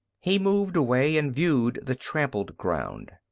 he moved away and viewed the trampled ground.